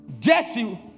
Jesse